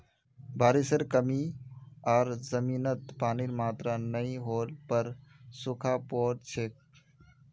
बारिशेर कमी आर जमीनत पानीर मात्रा नई होल पर सूखा पोर छेक